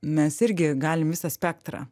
mes irgi galim visą spektrą